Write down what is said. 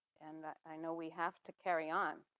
and i know we have to carry on